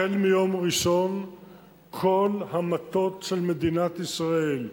החל מיום ראשון כל המטות של מדינת ישראל,